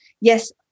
yes